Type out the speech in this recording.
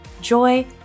joy